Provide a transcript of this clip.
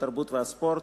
התרבות והספורט